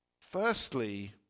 Firstly